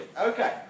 Okay